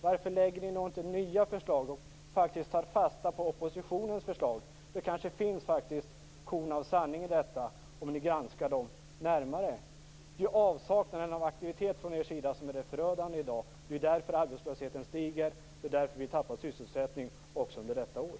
Varför lägger ni då inte fram nya förslag och tar fasta på oppositionens förslag? Det kanske finns korn av sanning i dessa om ni granskar dem närmare. Det är ju avsaknaden av aktivitet från er sida som är det förödande i dag. Det är därför som arbetslösheten stiger, och det är därför som vi förlorar sysselsättning också i år.